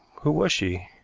who was she?